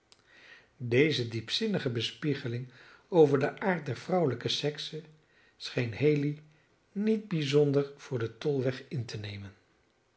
deze diepzinnige bespiegeling over den aard der vrouwelijke sekse scheen haley niet bijzonder voor den tolweg in te nemen